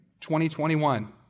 2021